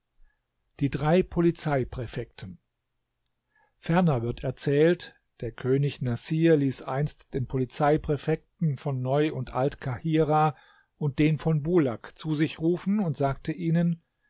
die drei polizeipräfekten ferner wird erzählt der könig naßir ließ einst den polizeipräfekten von neu und alt kahirah und den von bulak zu sich rufen und sagte ihnen